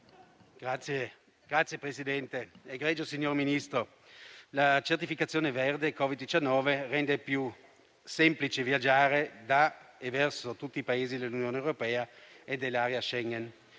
*(Aut (SVP-PATT, UV))*. Egregio Ministro, la certificazione verde Covid-19 rende più semplice viaggiare da e verso tutti i Paesi dell'Unione europea e dell'area Schengen.